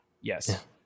Yes